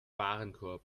warenkorb